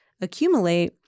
accumulate